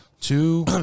two